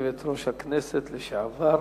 יושבת-ראש הכנסת לשעבר.